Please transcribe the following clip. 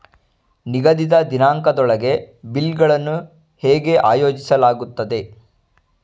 ನಿಗದಿತ ದಿನಾಂಕದೊಳಗೆ ಬಿಲ್ ಗಳನ್ನು ಹೇಗೆ ಆಯೋಜಿಸಲಾಗುತ್ತದೆ?